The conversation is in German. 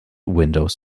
windows